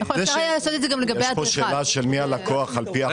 אני רוצה שתשלימו לגבי מה שקורה